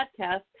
podcast